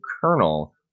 kernel